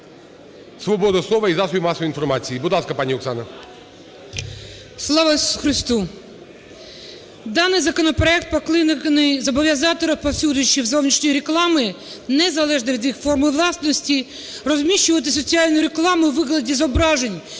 свобода слова і засобів масової інформації. Будь ласка, пані Оксана. 16:55:20 КОРЧИНСЬКА О.А. Слава Христу! Даний законопроект покликаний зобов'язати розпосюджувачів зовнішньої реклами, незалежно від їх форми власності, розміщувати соціальну рекламу у вигляді зображень